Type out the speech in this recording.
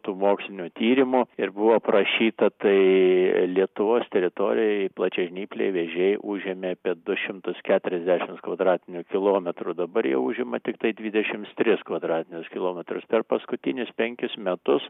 tų mokslinių tyrimų ir buvo aprašyta tai lietuvos teritorijoj plačiažnypliai vėžiai užėmė apie du šimtus keturiasdešims kvadratinių kilometrų dabar jau užima tiktai dvidešims tris kvadratinius kilometrus per paskutinis penkis metus